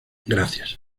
gracias